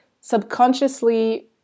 subconsciously